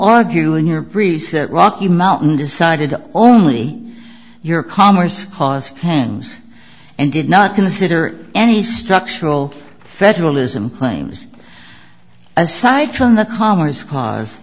argue in your preset rocky mountain decided only your commerce caused hands and did not consider any structural federalism claims aside from the commerce c